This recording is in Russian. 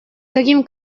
таким